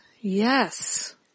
Yes